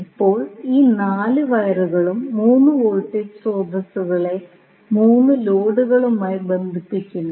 ഇപ്പോൾ ഈ 4 വയറുകളും 3 വോൾട്ടേജ് സ്രോതസ്സുകളെ 3 ലോഡുകളുമായി ബന്ധിപ്പിക്കുന്നു